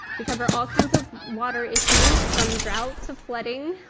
we cover all kinds of water issues from drought to flooding,